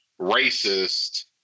racist